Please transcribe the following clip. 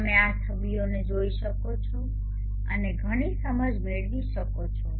તમે આ છબીઓને જોઈ શકો છો અને ઘણી સમજ મેળવી શકો છો